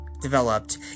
developed